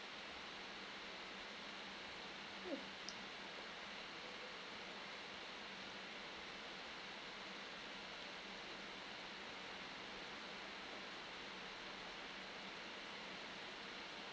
okay